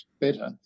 better